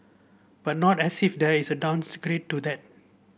but not as if there is a to that